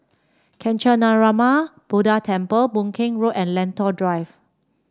Kancanarama Buddha Temple Boon Keng Road and Lentor Drive